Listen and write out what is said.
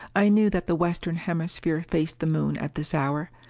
i knew that the western hemisphere faced the moon at this hour.